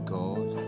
God